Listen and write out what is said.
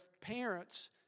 parents